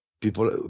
People